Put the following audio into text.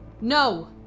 No